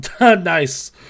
Nice